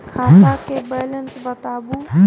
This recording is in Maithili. खाता के बैलेंस बताबू?